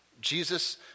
Jesus